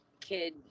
kid